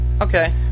Okay